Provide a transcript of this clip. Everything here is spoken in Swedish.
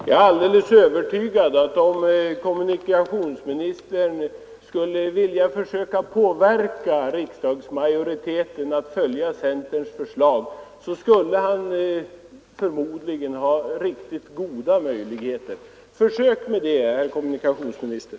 Herr talman! Om kommunikationsministern skulle vilja påverka riksdagsmajoriteten att följa centerns förslag, så skulle han förmodligen ha riktigt goda möjligheter att lyckas — det är jag alldeles övertygad om. Försök med det, herr kommunikationsminister!